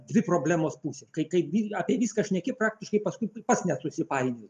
dvi problemos pusės kai kai apie viską šneki praktiškai paskui pats net susipainioji